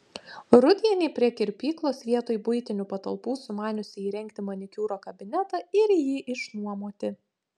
rudenį prie kirpyklos vietoj buitinių patalpų sumaniusi įrengti manikiūro kabinetą ir jį išnuomoti